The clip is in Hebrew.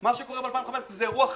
מה שקרה ב-2015 היה אירוע חריג,